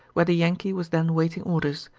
where the yankee was then waiting orders,